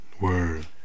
Word